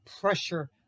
pressure